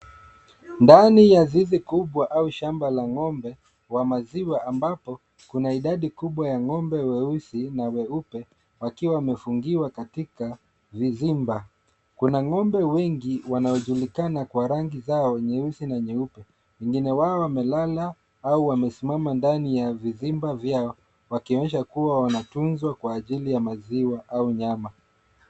Ndani ya zizi kubwa au shamba la ng'ombe wa maziwa ambapo kuna idadi kubwa ya ng'ombe weusi na weupe wakiwa wamefungiwa katika vizimba. Kuna ng'ombe wengi wanaojulikana kwa rangi zao nyeusi na nyeupe. Wengine wao wamelala au wamesimama ndani ya vizimba vyao wakionyesha kuwa wanatunzwa kwa ajili ya maziwa au nyama.